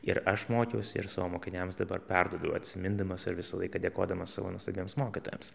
ir aš mokiausi ir savo mokiniams dabar perduodu atsimindamas ar visą laiką dėkodamas savo nuostabiems mokytojams